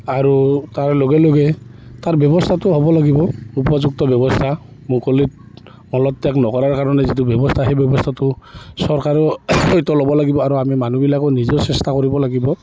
আৰু তাৰ লগে লগে তাৰ ব্যৱস্থাটো হ'ব লাগিব উপযুক্ত ব্যৱস্থা মুকলিত মলত্যাগ নকৰাৰ কাৰণে যিটো ব্যৱস্থা সেই ব্যৱস্থাটো চৰকাৰেও হয়তো ল'ব লাগিব আৰু আমি মানুহবিলাকেও নিজেও চেষ্টা কৰিব লাগিব